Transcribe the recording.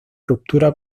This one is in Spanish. ruptura